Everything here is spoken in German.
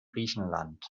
griechenland